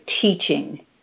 teaching